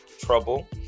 trouble